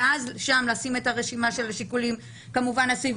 ואז לשים שם את רשימת השיקולים הסביבתיים,